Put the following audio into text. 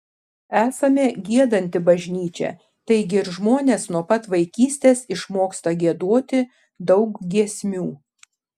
esame giedanti bažnyčia taigi ir žmonės nuo pat vaikystės išmoksta giedoti daug giesmių